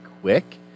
quick